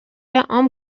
عام